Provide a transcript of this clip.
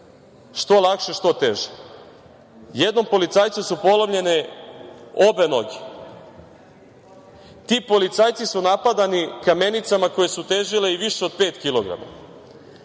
što lakše, što teže. Jednom policajcu su polomljene obe noge. Ti policajci su napadani kamenicama koje su težile i više od pet kilograma. Ako